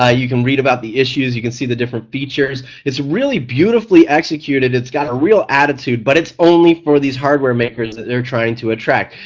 ah you can read about the issues, you can see the different features, it's really beautifully executed. it's got a real attitude but it's only for these hardware makers that they're trying to attract.